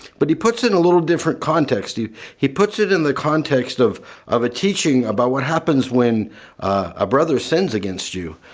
but he puts in a little different context. he puts it in the context of of a teaching about what happens when a brother sins against you.